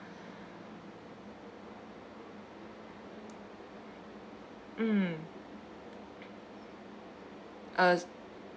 mm uh